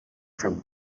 from